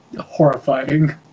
Horrifying